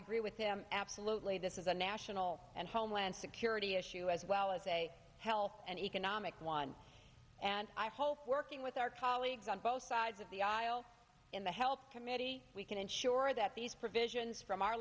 agree with him absolutely this is a national and homeland security issue as well as a health and economic one and i hope working with our colleagues on both sides of the aisle in the help committee we can ensure that these provisions from our